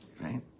right